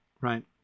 right